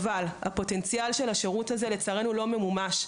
הפוטנציאל של השירות הזה לא ממומש.